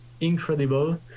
incredible